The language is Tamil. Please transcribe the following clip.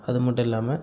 அதுமட்டும் இல்லாமல்